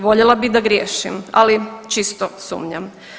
Voljela bih da griješim, ali čisto sumnjam.